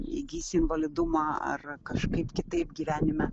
įgysi invalidumą ar kažkaip kitaip gyvenime